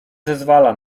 zezwala